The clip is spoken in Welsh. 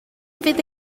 fydd